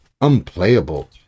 unplayable